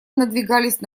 надвигались